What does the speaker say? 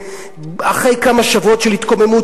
אחרי כמה שבועות של התקוממות,